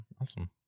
awesome